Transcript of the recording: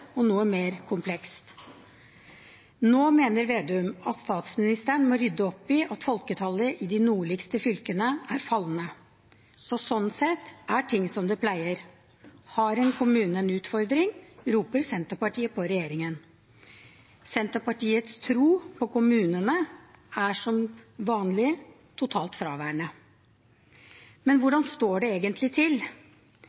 om noe større og mer komplekst. Nå mener Slagsvold Vedum at statsministeren må rydde opp i at folketallet i de nordligste fylkene er fallende, så sånn sett er det som det pleier. Har en kommune en utfordring, roper Senterpartiet på regjeringen. Senterpartiets tro på kommunene er som vanlig totalt fraværende. Men